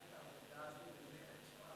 את העובדה הזאת במרץ רב.